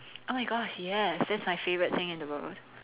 oh my gosh yes that is my favourite thing in the world